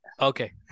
Okay